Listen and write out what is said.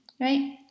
right